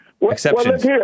exceptions